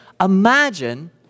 imagine